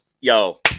Yo